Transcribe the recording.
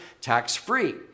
tax-free